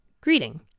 greeting